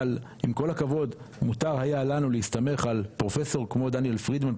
אבל עם כל הכבוד מותר היה לנו להסתמך על פרופסור כמו דניאל פרידמן,